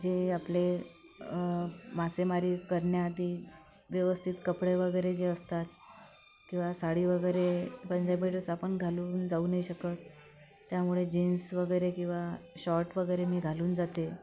जे आपले मासेमारी करण्याआधी व्यवस्थित कपडे वगैरे जे असतात किंवा साडी वगैरे पंजाबी ड्रेस आपण घालून जाऊ नाही शकत त्यामुळे जीन्स वगैरे किंवा शॉर्ट वगैरे मी घालून जाते